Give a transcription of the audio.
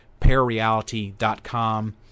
Parareality.com